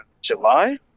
July